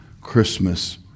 Christmas